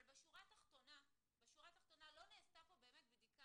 אבל בשורה התחתונה לא נעשתה פה באמת בדיקה